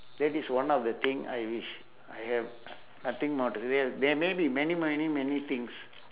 that is one of the thing I wish I have nothing more the~ there may be many many many things